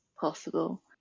possible